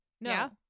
No